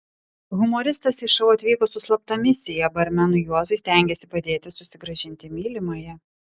humoristas į šou atvyko su slapta misija barmenui juozui stengėsi padėti susigrąžinti mylimąją